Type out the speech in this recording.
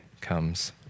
comes